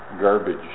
garbage